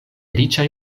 riĉaj